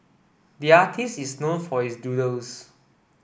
the artist is known for his doodles